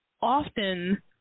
often